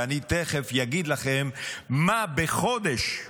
ואני תכף אגיד לכם מה בחודש,